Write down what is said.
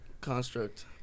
construct